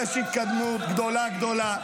יש התקדמות גדולה גדולה.